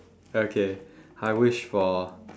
okay I wish for